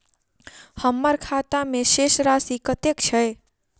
हम्मर खाता मे शेष राशि कतेक छैय?